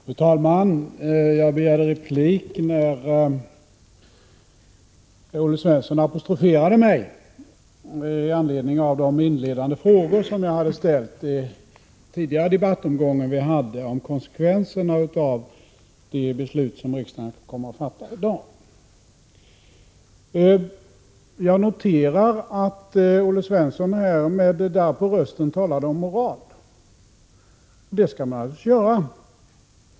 Fru talman! Jag begärde replik när Olle Svensson apostroferade mig med anledning av de inledande frågor som jag ställt i den tidigare debattomgången om konsekvenserna av det beslut som riksdagen kommer att fatta i dag. Jag noterar att Olle Svensson med darr på rösten talar om moral. Det skall man naturligtvis göra.